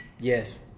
yes